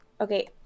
Okay